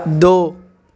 دو